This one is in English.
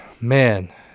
man